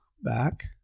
back